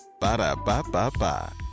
Ba-da-ba-ba-ba